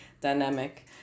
dynamic